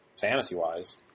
fantasy-wise